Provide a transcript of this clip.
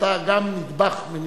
שגם אתה נדבך מנדבכיה.